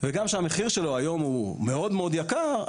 כאשר המחיר שלו היום הוא מאוד מאוד יקר,